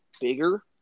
bigger